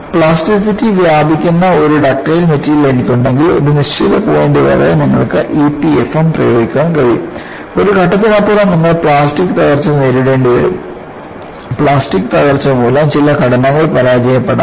plasticity വ്യാപിക്കുന്ന ഒരു ductile material എനിക്കുണ്ടെങ്കിൽ ഒരു നിശ്ചിത പോയിന്റ് വരെ നിങ്ങൾക്ക് EPFM പ്രയോഗിക്കാൻ കഴിയും ഒരു ഘട്ടത്തിനപ്പുറം നിങ്ങൾ പ്ലാസ്റ്റിക് തകർച്ച നേരിടേണ്ടിവരും പ്ലാസ്റ്റിക് തകർച്ച മൂലം ചില ഘടനകൾ പരാജയപ്പെടാം